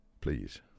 Please